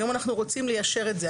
היום אנחנו רוצים ליישר את זה.